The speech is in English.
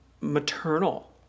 maternal